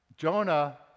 Jonah